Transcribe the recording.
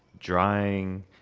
drying,